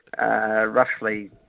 roughly